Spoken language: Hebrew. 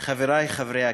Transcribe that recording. חברי חברי הכנסת,